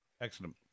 Excellent